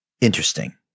interesting